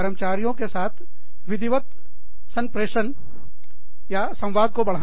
कर्मचारियों के साथ विधिवत संप्रेषणसंवाद को बढ़ाएं